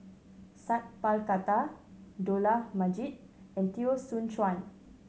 Sat Pal Khattar Dollah Majid and Teo Soon Chuan